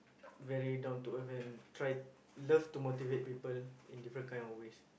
very down to earth and try love to motivate people in different kind of ways